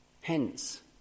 Hence